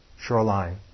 Shoreline